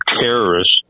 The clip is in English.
terrorists